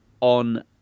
on